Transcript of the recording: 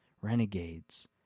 renegades